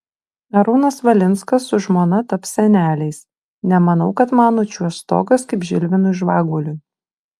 arūnas valinskas su žmona taps seneliais nemanau kad man nučiuoš stogas kaip žilvinui žvaguliui